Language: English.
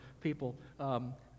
people